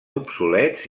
obsolets